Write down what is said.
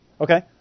Okay